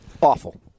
Awful